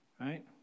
right